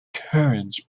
courage